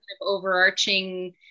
overarching